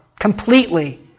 completely